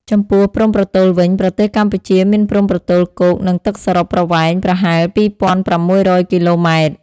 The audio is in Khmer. ចំពោះព្រំប្រទល់វិញ ប្រទេសកម្ពុជាមានព្រំប្រទល់គោក និងទឹកសរុបប្រវែងប្រហែល ២.៦០០ គីឡូម៉ែត្រ។